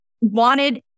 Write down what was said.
wanted